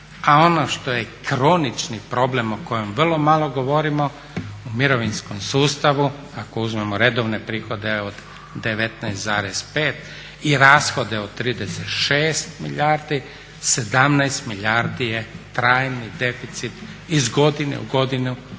a ono što je kronični problem o kojem vrlo malo govorimo u mirovinskom sustavu ako uzmemo redovne prihode od 19,5 i rashode od 36 milijardi 17 milijardi je trajni deficit iz godine u godinu